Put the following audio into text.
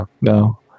no